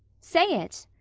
say it!